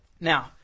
Now